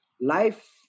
life